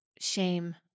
shame